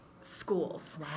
schools